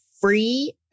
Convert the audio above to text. free